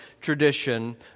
tradition